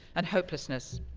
and hopelessness.